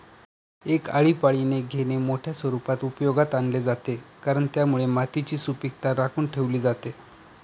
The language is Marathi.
एक आळीपाळीने घेणे मोठ्या स्वरूपात उपयोगात आणले जाते, कारण त्यामुळे मातीची सुपीकता राखून ठेवली जाते